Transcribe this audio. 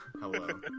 hello